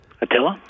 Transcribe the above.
Attila